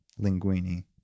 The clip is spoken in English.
Linguini